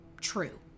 true